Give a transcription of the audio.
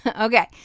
Okay